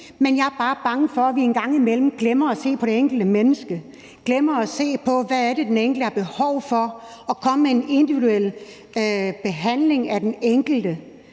men jeg er bare bange for, at vi en gang imellem glemmer at se på det enkelte menneske og glemmer at se på, hvad det er, den enkelte har behov for, så vi kan komme med en individuel behandling af den enkelte.